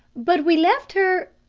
but we left her